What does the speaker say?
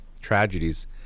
tragedies